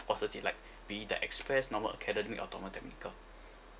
course of they like be it the express normal academic or normal technical